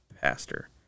pastor